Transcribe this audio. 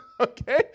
okay